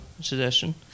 suggestion